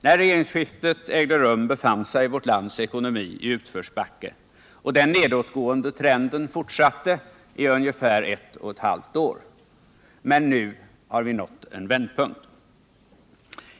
När regeringsskiftet ägde rum befann sig vårt lands ekonomi i utförsbacke, och den nedåtgående trenden fortsatte i ungefär ett och ett halvt år. Men nu har vi nått en vändpunkt.